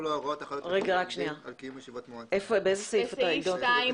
כתוב "על ישיבת מועצה לפי דין